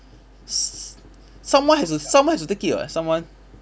s~ s~ someone has to someone has to take [what] someone